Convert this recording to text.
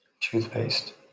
Toothpaste